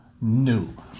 new